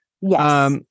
Yes